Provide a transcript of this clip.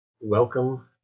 welcome